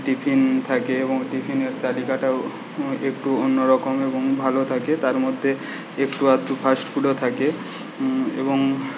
tiffin থাকে এবং টিফিনের তালিকাটাও একটু অন্যরকম এবং ভালো থাকে তার মধ্যে একটুআধটু ফাস্টফুডও থাকে এবং